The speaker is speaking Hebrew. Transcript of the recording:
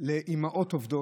לאימהות עובדות,